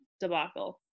debacle